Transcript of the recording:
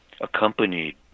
accompanied